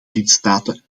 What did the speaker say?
lidstaten